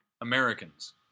Americans